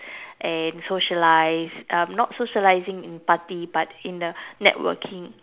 and socialise um not socializing in party but in the networking